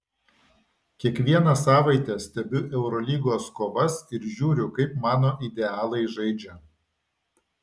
kiekvieną savaitę stebiu eurolygos kovas ir žiūriu kaip mano idealai žaidžia